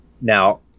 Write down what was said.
Now